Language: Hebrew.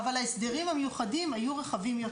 אבל ההסדרים המיוחדים היו רחבים יותר.